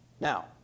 Now